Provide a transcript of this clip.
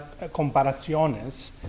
Comparaciones